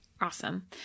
Awesome